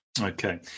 Okay